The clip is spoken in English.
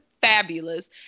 fabulous